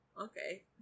Okay